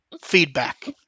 feedback